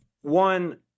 one